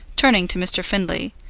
turning to mr. findlay,